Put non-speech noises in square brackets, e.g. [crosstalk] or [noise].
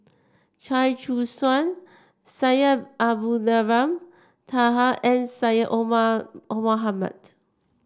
Chia Choo Suan Syed Abdulrahman Taha and Syed Omar [unintelligible] Mohamed